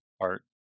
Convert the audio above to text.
art